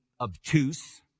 obtuse